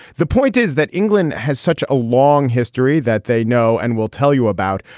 the point is that england has such a long history that they know and we'll tell you about.